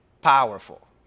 Powerful